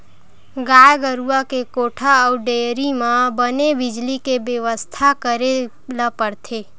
गाय गरूवा के कोठा अउ डेयरी म बने बिजली के बेवस्था करे ल परथे